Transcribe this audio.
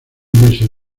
meses